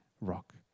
rock